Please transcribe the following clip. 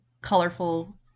colorful